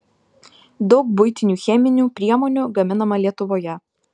daug buitinių cheminių priemonių gaminama lietuvoje